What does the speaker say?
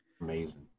Amazing